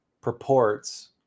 purports